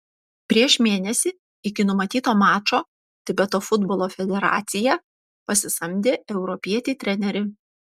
prieš mėnesį iki numatyto mačo tibeto futbolo federacija pasisamdė europietį trenerį